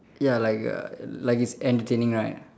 ya like uh like it's entertaining right